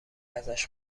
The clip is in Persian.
ازش